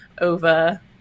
over